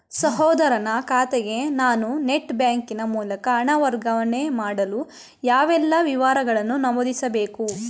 ಸಹೋದರನ ಖಾತೆಗೆ ನಾನು ನೆಟ್ ಬ್ಯಾಂಕಿನ ಮೂಲಕ ಹಣ ವರ್ಗಾವಣೆ ಮಾಡಲು ಯಾವೆಲ್ಲ ವಿವರಗಳನ್ನು ನಮೂದಿಸಬೇಕು?